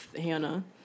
Hannah